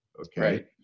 Okay